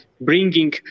bringing